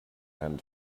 and